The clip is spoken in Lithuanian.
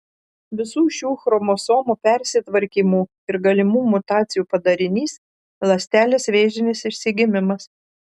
visų šių chromosomų persitvarkymų ir galimų mutacijų padarinys ląstelės vėžinis išsigimimas